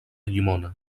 llimona